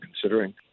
considering